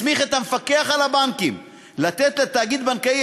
מסמיך את המפקח על הבנקים לתת לתאגיד בנקאי